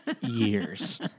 years